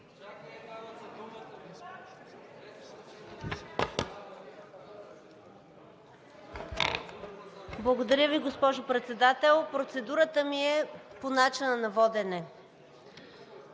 Благодаря Ви, госпожо Председател. Процедурата ми е по начина на водене.